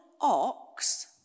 ox